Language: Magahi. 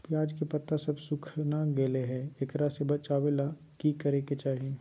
प्याज के पत्ता सब सुखना गेलै हैं, एकरा से बचाबे ले की करेके चाही?